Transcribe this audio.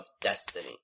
Destiny